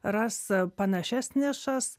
ras panašias nišas